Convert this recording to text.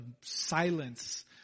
silence